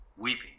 weeping